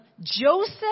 Joseph